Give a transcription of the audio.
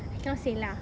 cannot say lah